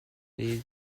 les